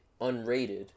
unrated